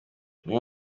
umwe